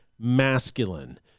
masculine